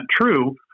true